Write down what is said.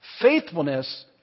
Faithfulness